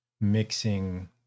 mixing